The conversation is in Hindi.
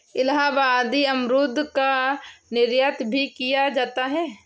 इलाहाबादी अमरूद का निर्यात भी किया जाता है